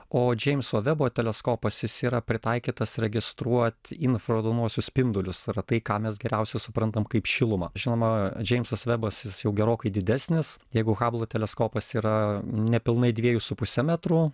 o džeimso vebo teleskopas jis yra pritaikytas registruot infraraudonuosius spindulius yra tai ką mes geriausia suprantam kaip šilumą žinoma džeimsas vebas jis jau gerokai didesnis jeigu hablo teleskopas yra nepilnai dviejų su puse metrų